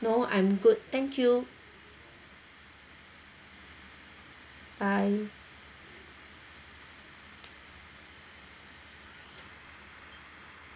no I'm good thank you bye